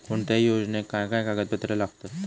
कोणत्याही योजनेक काय काय कागदपत्र लागतत?